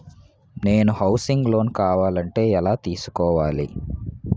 నాకు housing loan కావాలంటే ఎలా తీసుకోవాలి?